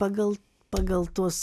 pagal pagal tuos